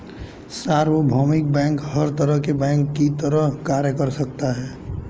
सार्वभौमिक बैंक हर तरह के बैंक की तरह कार्य कर सकता है